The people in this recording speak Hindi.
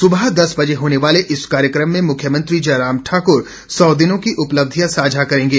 सुबह दस बजे होने वाले इस कार्यक्रम में मुख्यमंत्री जयराम ठाक्र सौ दिनों की उपलब्धियां साझा करेंगे